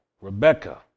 Rebecca